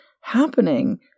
happening